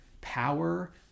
power